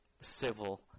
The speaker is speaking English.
civil